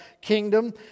kingdom